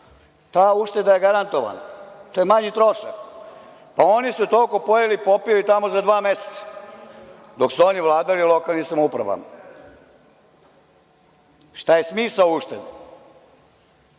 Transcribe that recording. Ta uštedaje garantovana. To je manji trošak. Oni su toliko pojeli i popili tamo za dva meseca, dok su oni vladali lokalnim samoupravama. Šta je smisao uštede?